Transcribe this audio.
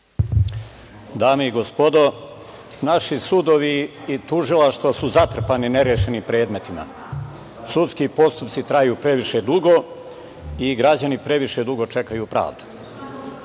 Dame i gospodo, naši sudovi i tužilaštva su zatrpani nerešenim predmetima. Sudski postupci traju previše dugo i građani previše dugo čekaju pravdu.